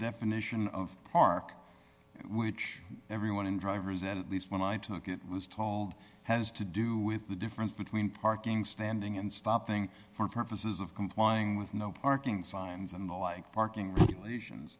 definition of park which everyone in drivers at least when i took it was told has to do with the difference between parking standing and stopping for purposes of complying with no parking signs and the like parking regulations